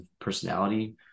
personality